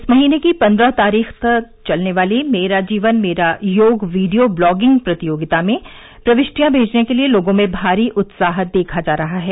इस महीने की पंद्रह तारीख तक चलने वाली मेरा जीवन मेरा योग वीडियो ब्लॉगिंग प्रतियोगिता में प्रविष्टियाँ मेजने के लिए लोगों में भारी उत्साह देखा जा रहा है